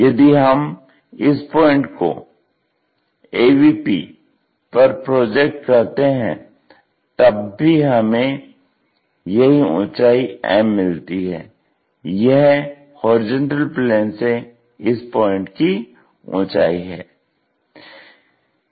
यदि हम इस पॉइंट को AVP पर प्रोजेक्ट करते हैं तब भी हमें यही ऊंचाई m मिलती है यह HP से इस पॉइंन्ट की ऊंचाई है